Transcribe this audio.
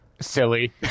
silly